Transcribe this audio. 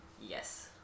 Yes